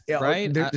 Right